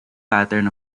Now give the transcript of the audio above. pattern